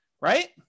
right